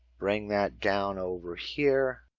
bring that down, over here.